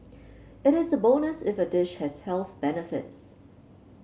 it is a bonus if a dish has health benefits